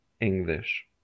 English